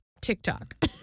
TikTok